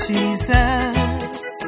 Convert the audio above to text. Jesus